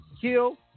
kill